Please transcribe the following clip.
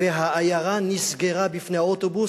והעיירה נסגרה בפני האוטובוס.